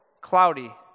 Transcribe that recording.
cloudy